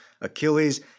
Achilles